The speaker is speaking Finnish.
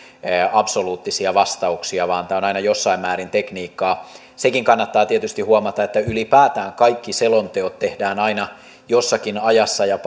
absoluuttisia vastauksia vaan tämä on aina jossain määrin tekniikkaa sekin kannattaa tietysti huomata että ylipäätään kaikki selonteot tehdään aina jossakin ajassa ja